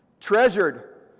...treasured